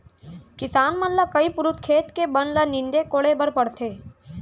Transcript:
किसान मन ल कई पुरूत खेत के बन ल नींदे कोड़े बर परथे